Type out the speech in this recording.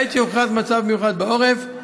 מהעת שהוכרז מצב מיוחד בעורף,